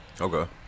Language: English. Okay